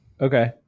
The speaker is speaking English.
okay